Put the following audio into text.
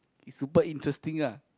is super interesting ah